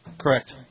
Correct